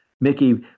Mickey